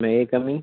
may I come in